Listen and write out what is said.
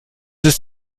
ist